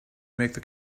make